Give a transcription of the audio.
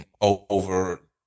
over